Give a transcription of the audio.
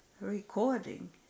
recording